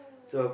so